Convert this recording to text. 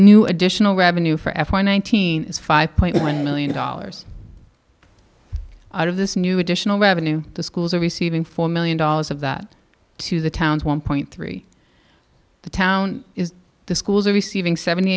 new additional revenue for f y nineteen is five point one million dollars out of this new additional revenue the schools are receiving four million dollars of that to the town's one point three the town is the schools are receiving seventy